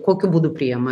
kokiu būdu priima